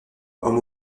homme